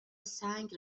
سنگ